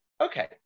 Okay